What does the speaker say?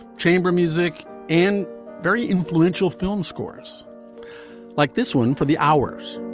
chamber music and very influential film scores like this one for the hours.